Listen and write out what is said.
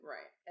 Right